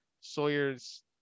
Sawyer's